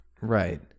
Right